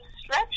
stretch